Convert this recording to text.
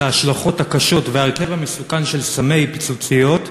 ההשלכות הקשות וההרכב המסוכן של סמי פיצוציות,